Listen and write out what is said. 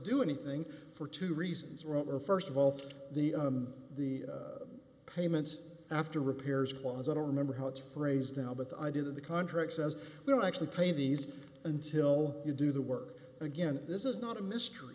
do anything for two reasons were st of all the the payments after repairs was i don't remember how it's phrased now but the idea that the contract says well actually pay these until you do the work again this is not a mystery